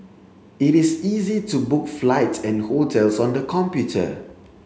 it is easy to book flights and hotels on the computer